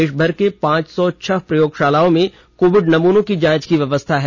देशभर की पांच सौ छह प्रयोगशालाओं में कोविड नमूनों की जांच की व्यवस्था है